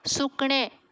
सुकणें